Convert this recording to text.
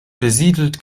besiedelt